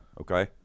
okay